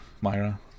Myra